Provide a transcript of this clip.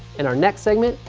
in our next segment,